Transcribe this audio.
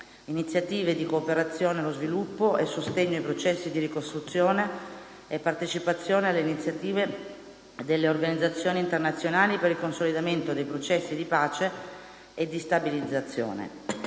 iniziative di cooperazione allo sviluppo e sostegno ai processi di ricostruzione e partecipazione alle iniziative delle organizzazioni internazionali per il consolidamento dei processi di pace e di stabilizzazione»